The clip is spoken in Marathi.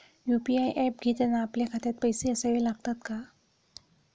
यु.पी.आय ऍप घेताना आपल्या खात्यात पैसे असावे लागतात का?